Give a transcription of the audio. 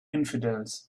infidels